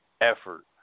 effort